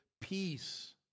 peace